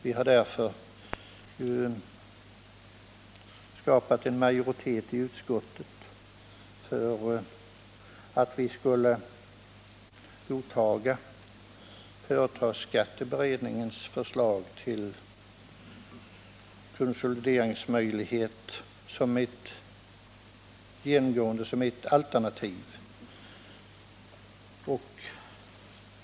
Vi har därför skapat en majoritet i utskottet för att godta företagsskatteberedningens förslag till konsolideringsmöjligheter såsom ett alternativ.